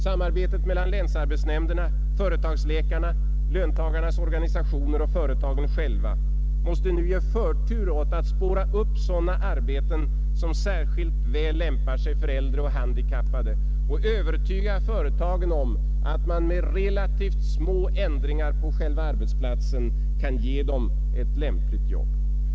Samarbetet mellan länsarbetsnämnderna, företagsläkarna, löntagarnas organisationer och företagen själva måste nu ge förtur åt att spåra upp sådana arbeten som särskilt väl lämpar sig för äldre och handikappade och övertyga företagen om att man med relativt små ändringar på själva arbetsplatsen kan ge dessa människor ett lämpligt jobb.